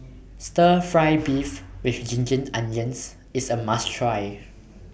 Stir Fry Beef with Ginger Onions IS A must Try